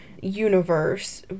universe